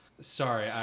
Sorry